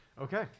Okay